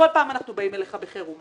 כל פעם אנחנו באים אליך בחירום,